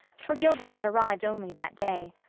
for gilbert had arrived only that day.